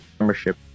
Membership